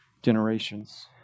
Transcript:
Generations